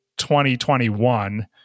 2021